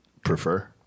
prefer